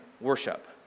worship